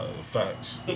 facts